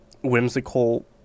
whimsical